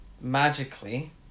magically